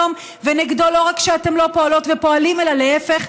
ונגדו לא רק שאתם לא פועלות ופועלים אלא להפך,